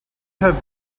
have